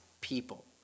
people